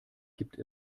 gibt